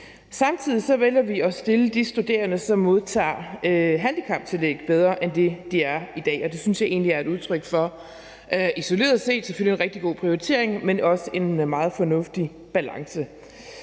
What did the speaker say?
Samtidig vælger vi at stille de studerende, som modtager handicaptillæg, bedre, end de er i dag. Og det synes jeg egentlig isoleret set selvfølgelig er et udtryk for en rigtig god prioritering, men også en meget fornuftig balance.